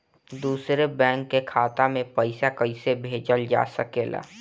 दूसरे बैंक के खाता में पइसा कइसे भेजल जा सके ला?